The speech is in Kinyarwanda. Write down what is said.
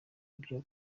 ibyo